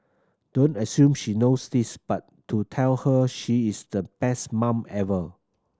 don't assume she knows this but do tell her she is the best mum ever